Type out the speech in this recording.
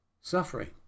suffering